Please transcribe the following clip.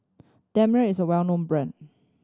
Dermale is well known brand